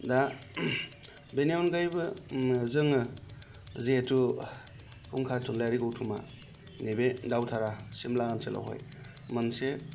दा बेनि अनगायैबो जोङो जिहेथु फुंखा थुनलायारि गौथुमा नैबे दावथारा सिमला ओनसोलावहाय मोनसे